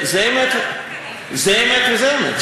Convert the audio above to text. זה אמת וזה אמת.